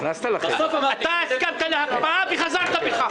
אתה הסכמת להקפאה וחזרת בך.